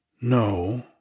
No